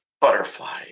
butterfly